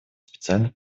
специальных